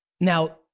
Now